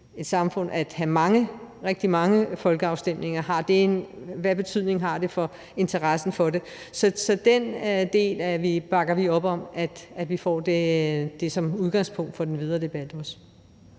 et samfund at have rigtig mange folkeafstemninger. Hvilken betydning har det for interessen for det? Så den del bakker vi op om, altså at vi får det som udgangspunktet for den videre debat. Kl.